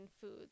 foods